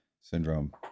syndrome